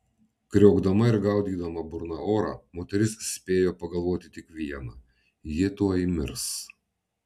kriokdama ir gaudydama burna orą moteris spėjo pagalvoti tik viena ji tuoj mirs